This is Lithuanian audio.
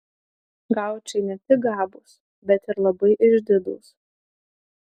gaučai ne tik gabūs bet ir labai išdidūs